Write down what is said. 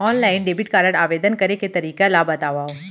Online debit card आवेदन करे के तरीका ल बतावव?